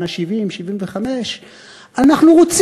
בן ה-70,